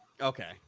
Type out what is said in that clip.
Okay